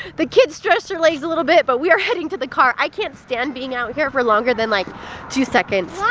the kids stretched their legs a little bit but we are heading to the car, i can't stand being out here for longer than like two seconds.